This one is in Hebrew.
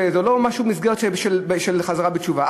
זו לא מסגרת של חזרה בתשובה.